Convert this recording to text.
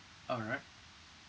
all right